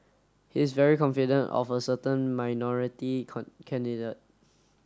he's very confident of a certain minority candidate